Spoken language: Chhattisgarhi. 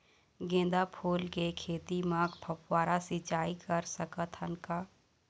गेंदा फूल के खेती म फव्वारा सिचाई कर सकत हन का?